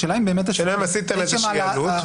השאלה אם באמת --- השאלה אם עשיתם איזושהי עלות.